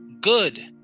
Good